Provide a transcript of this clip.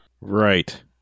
Right